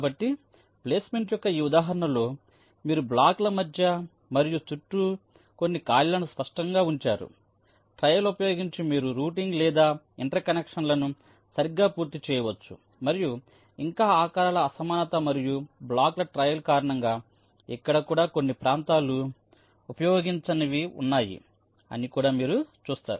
కాబట్టి ప్లేస్మెంట్ యొక్క ఈ ఉదాహరణలో మీరు బ్లాక్ల మధ్య మరియు చుట్టూ కొన్ని ఖాళీలను స్పష్టంగా ఉంచారు ట్రయల్ ఉపయోగించి మీరు రూటింగ్ లేదా ఇంటర్ కనెక్షన్లను సరిగ్గా పూర్తి చేయవచ్చు మరియు ఇంకా ఆకారాల అసమానత మరియు బ్లాకుల ట్రయల్ కారణంగా ఇక్కడ కూడా కొన్ని ప్రాంతాలు ఉపయోగించనివి ఉన్నాయి అని కూడా మీరు చూస్తారు